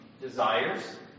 desires